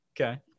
Okay